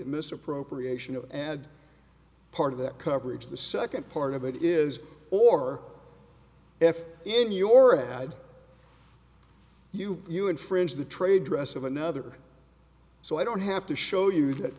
misappropriation of ad part of that coverage the second part of it is or if in your ad you you infringe the trade dress of another so i don't have to show you that